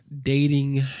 dating